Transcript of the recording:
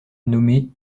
nommé